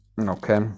okay